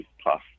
Plus